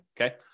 Okay